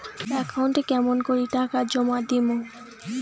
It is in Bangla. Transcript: একাউন্টে কেমন করি টাকা জমা দিম?